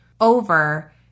over